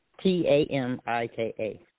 t-a-m-i-k-a